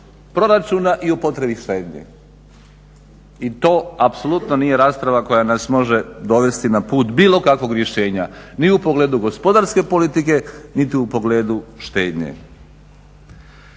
proračuna i o potrebi štednje. I to apsolutno nije rasprava koja nas može dovesti na put bilo kakvog rješenja ni u pogledu gospodarske politike niti u pogledu štednje.